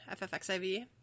FFXIV